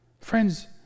Friends